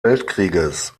weltkrieges